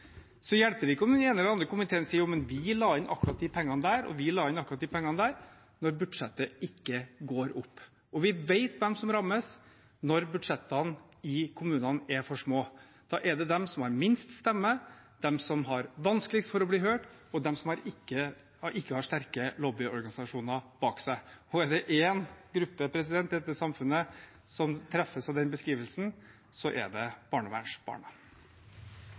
hjelper det ikke om den ene eller den andre komiteen sier at vi la inn akkurat de pengene der, og vi la inn akkurat de pengene der – når budsjettet ikke går opp. Vi vet hvem som rammes når budsjettene i kommunene er for små. Det er de som har svakest stemme, de som har vanskeligst for å bli hørt, og de som ikke har sterke lobbyorganisasjoner bak seg. Og er det én gruppe i dette samfunnet som treffes av den beskrivelsen, så er det barnevernsbarna.